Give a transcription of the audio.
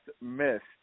missed